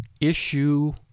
issue